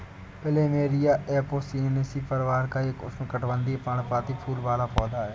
plumeria Apocynaceae परिवार का एक उष्णकटिबंधीय, पर्णपाती फूल वाला पौधा है